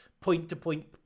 point-to-point